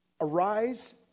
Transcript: Arise